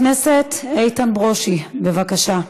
חבר הכנסת איתן ברושי, בבקשה.